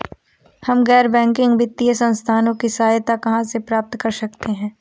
हम गैर बैंकिंग वित्तीय संस्थानों की सहायता कहाँ से प्राप्त कर सकते हैं?